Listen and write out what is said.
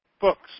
books